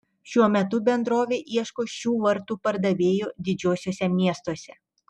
šiuo metu bendrovė ieško šių vartų pardavėjų didžiuosiuose miestuose